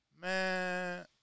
Man